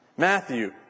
Matthew